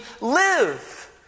live